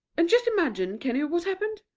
and just imagine, can you, what happened?